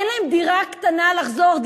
אין להם דירה קטנה לחזור אליה,